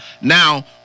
Now